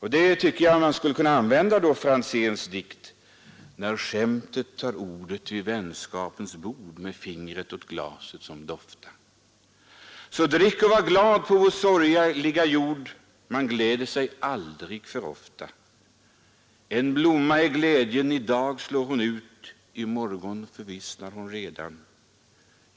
Jag tycker att man då skulle kunna använda följande dikt av Franzén: med fingret åt glasen, som dofta, så drick och var glad: — på vår sorgliga jord man gläder sig aldrig för ofta. En blomma är glädjen: i dag slår hon ut, i morgon förvissnar hon redan.